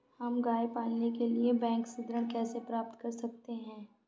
हम गाय पालने के लिए बैंक से ऋण कैसे प्राप्त कर सकते हैं?